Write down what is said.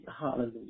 hallelujah